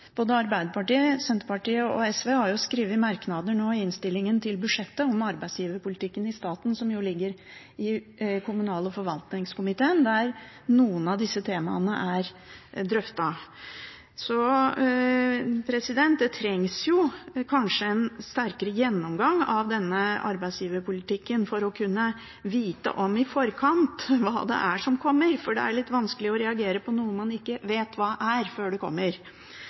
Både Arbeiderpartiet, Senterpartiet og SV har skrevet merknader i innstillingen til budsjettet om arbeidsgiverpolitikken i staten, som ligger i kommunal- og forvaltningskomiteen, der noen av disse temaene er drøftet. Så det trengs kanskje en større gjennomgang av denne arbeidsgiverpolitikken for i forkant å kunne vite hva som kommer, for det er litt vanskelig å reagere på noe man ikke vet hva er før det kommer.